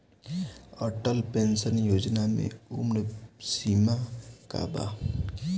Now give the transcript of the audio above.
Atal pension Yojana मे उम्र सीमा का बा?